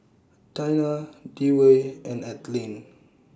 Taina Dewey and Ethelene